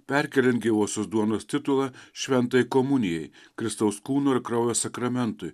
perkeliant gyvosios duonos titulą šventajai komunijai kristaus kūno ir kraujo sakramentui